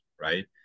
right